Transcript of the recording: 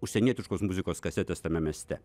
užsienietiškos muzikos kasetės tame mieste